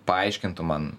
paaiškintų man